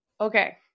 Okay